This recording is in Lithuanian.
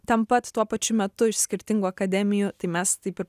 ten pat tuo pačiu metu iš skirtingų akademijų tai mes taip ir